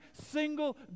single